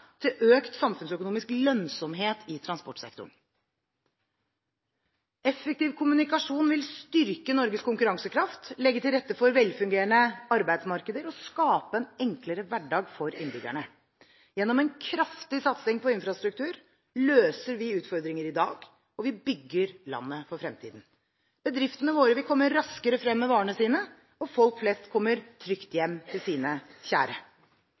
til økt samfunnsøkonomisk lønnsomhet i transportsektoren. Effektiv kommunikasjon vil styrke Norges konkurransekraft, legge til rette for velfungerende arbeidsmarkeder og skape en enklere hverdag for innbyggerne. Gjennom en kraftig satsing på infrastruktur løser vi utfordringer i dag, og vi bygger landet for fremtiden. Bedriftene våre vil komme raskere frem med varene sine, og folk flest kommer trygt hjem til sine kjære.